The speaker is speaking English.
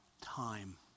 time